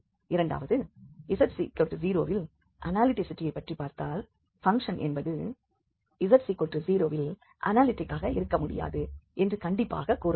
இரண்டாவது z0 வில் அனாலிசிட்டியைப் பற்றி பார்த்தால் பங்க்ஷன் என்பது z0 வில் அனாலிட்டிக்காக இருக்க முடியாது என்று கண்டிப்பாக கூற முடியும்